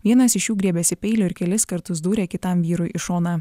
vienas iš jų griebėsi peilio ir kelis kartus dūrė kitam vyrui į šoną